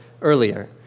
earlier